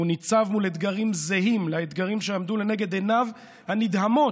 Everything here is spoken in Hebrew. והוא ניצב מול אתגרים זהים לאתגרים שעמדו לנגד עיניו הנדהמות